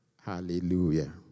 Hallelujah